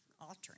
altering